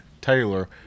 Taylor